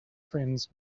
friends